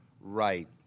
right